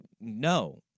no